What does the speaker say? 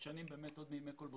עוד מימי כלבוטק,